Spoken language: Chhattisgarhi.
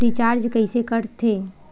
रिचार्ज कइसे कर थे?